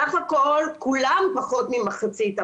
סך הכול כולם פחות ממחצית,